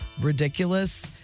ridiculous